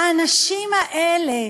"האנשים האלה".